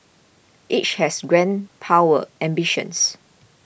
each has grand power ambitions